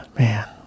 Man